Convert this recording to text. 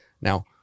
Now